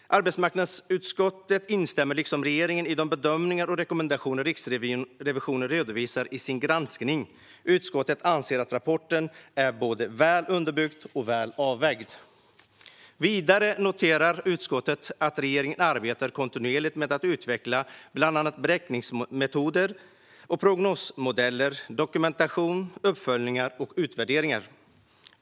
Arbetsmarknadsutskottet instämmer liksom regeringen i de bedömningar och rekommendationer Riksrevisionen redovisar i sin granskning. Utskottet anser att rapporten är både väl underbyggd och väl avvägd. Vidare noterar utskottet att regeringen arbetar kontinuerligt med att utveckla bland annat beräkningsmetoder och prognosmodeller, dokumentation, uppföljningar och utvärderingar.